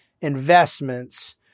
investments